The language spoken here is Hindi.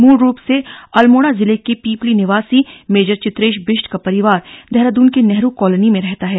मूलरूप से अल्मोड़ा जिले के पिपली निवासी मेजर चित्रेश बिष्ट का परिवार देहरादून के नेहरू कॉलोनी में रहता है